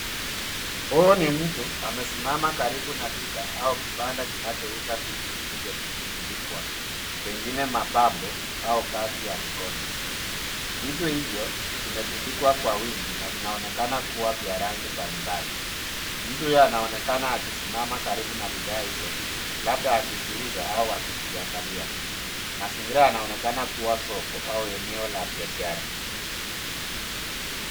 Huyu ni mtu amesimama karibu na duka au kibanda kinachouza vitu vilivyotundikwa pengine mapambo au kazi ya mikono, vitu hivyo vimetundikwa kwa wingi na vinaonekana kuwa vya rangi mbalimbali mtu huyo anaonekana akisimama karibu na bidhaa hizo labda akiziuza au akizikiangalia ,mazingira yanaonekana kuwa soko au eneo la biashara.